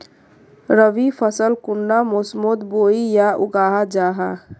रवि फसल कुंडा मोसमोत बोई या उगाहा जाहा?